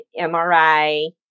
MRI